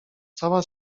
cała